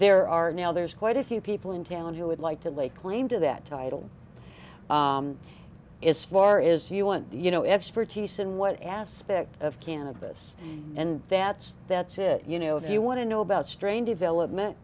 there are now there's quite a few people in town who would like to lay claim to that title is far is you want you know expertise in what aspect of cannabis and that's that's it you know if you want to know about strain development